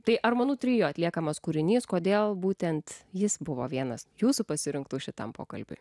tai armonų trio atliekamas kūrinys kodėl būtent jis buvo vienas jūsų pasirinktų šitam pokalbiui